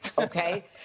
Okay